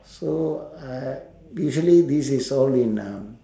so uh usually this is all in um